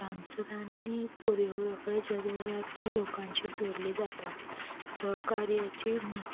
dancer आणि choreographer जगभरातील लोकांशी जोडले जातात सहकार्याची न